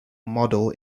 model